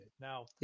Now